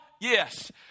yes